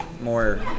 more